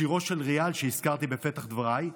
שירו של ריה"ל שהזכרתי בפתח דבריי,